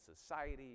society